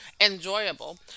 enjoyable